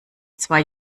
zwei